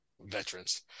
veterans